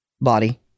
body